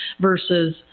versus